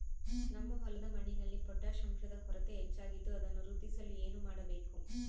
ನಮ್ಮ ಹೊಲದ ಮಣ್ಣಿನಲ್ಲಿ ಪೊಟ್ಯಾಷ್ ಅಂಶದ ಕೊರತೆ ಹೆಚ್ಚಾಗಿದ್ದು ಅದನ್ನು ವೃದ್ಧಿಸಲು ಏನು ಮಾಡಬೇಕು?